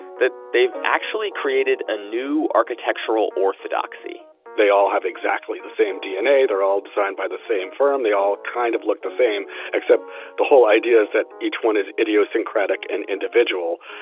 that they've actually created a new architectural orthodoxy they all have exactly the same dna, they're all designed by the same firm, they all kind of look the same except the whole idea is that each one is idiosyncratic and individual.